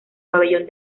pabellón